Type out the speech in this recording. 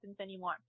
anymore